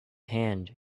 hand